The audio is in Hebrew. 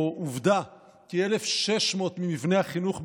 עובדה: כ-1,600 ממבני החינוך בישראל,